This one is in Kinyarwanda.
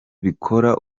bikora